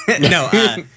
No